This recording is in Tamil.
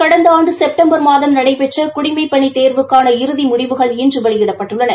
கடந்த ஆண்டு செப்டம்பர் மாதம் நடைபெற்ற குடிமைப்பணித் தேர்வுக்கான இறுதி முடிவுகள் இன்று வெளியிடப்பட்டுள்ளன